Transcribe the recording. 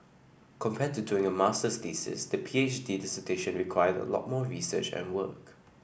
compared to doing a masters thesis the P H D dissertation required a lot more research and work